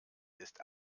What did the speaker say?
ist